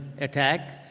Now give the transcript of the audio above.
attack